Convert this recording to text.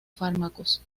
fármacos